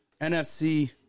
NFC